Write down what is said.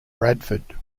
bradford